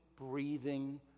breathing